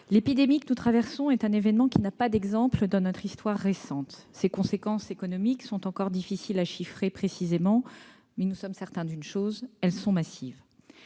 l'épidémie que nous traversons est un événement qui n'a pas d'exemple dans notre histoire récente. Ses conséquences économiques sont encore difficiles à chiffrer précisément, mais nous sommes certains d'une chose : elles sont massives.